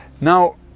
now